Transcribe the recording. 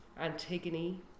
Antigone